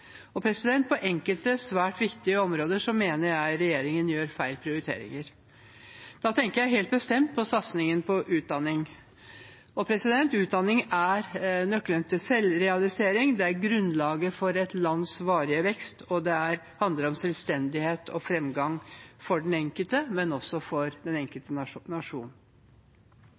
På enkelte svært viktige områder mener jeg regjeringen gjør feil prioriteringer. Da tenker jeg helt bestemt på satsingen på utdanning. Utdanning er nøkkelen til selvrealisering, det er grunnlaget for et lands varige vekst, og det handler om selvstendighet og framgang for den enkelte, men også for den enkelte nasjon.